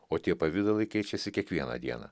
o tie pavidalai keičiasi kiekvieną dieną